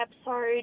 episode